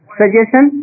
suggestion